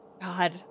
God